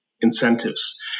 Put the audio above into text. incentives